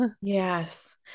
Yes